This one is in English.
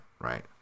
right